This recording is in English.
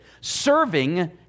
serving